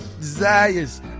desires